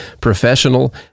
professional